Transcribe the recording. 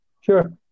sure